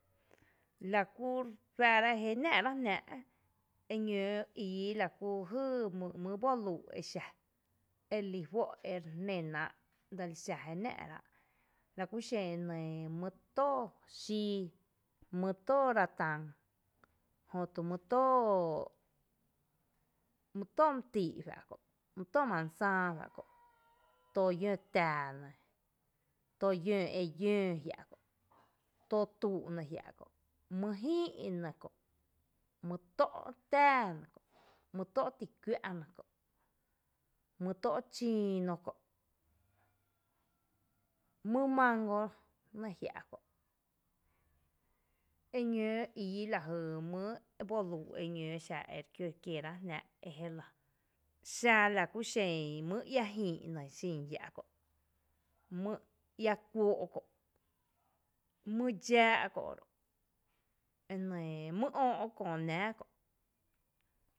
Lakú re ju re juⱥⱥ’ rá’ rá jé nⱥⱥ’ náá’ jnáa’ eñoo íí lakú jy mýyý boluu’ exa erelí juó’ ere jné náá’ dseli xa jé nⱥⱥ’ rá’, laku xen mý tóoó xii, mý tóoó ratán jötu my tóoó mý tóoó matii’ juC’ ta’ kö’, mý tóoó manzáá uⱥⱥ’ kö’, too yǿǿ tⱥⱥ nɇ, too yǿǿ e yǿǿ jia’ kö’, too tuu’ nɇ jia’ kö’, mý jïï’ nɇ kö’, mý tó’ tⱥⱥ nɇ kö’. my tó’ tii kuⱥ’ nɇ kö’, mý tó’ chíino kö’, mý máango nɇ jia’ kö’, eñoo íí lajy mý boluu’ exa ere kiǿ re kieráa’ jnáa’ eje lⱥ, xa lakú xen mý iä jïï’ kö’, mý ia kuóó’ jia’ kö’, mý dxáa’ köro’, enɇ mý öö’ köö náá kö’.